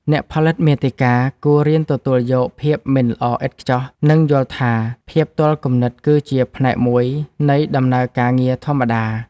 អ្នកផលិតមាតិកាគួររៀនទទួលយកភាពមិនល្អឥតខ្ចោះ និងយល់ថាភាពទាល់គំនិតគឺជាផ្នែកមួយនៃដំណើរការងារធម្មតា។